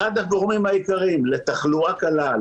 אחד הגורמים העיקריים לתחלואה קלה,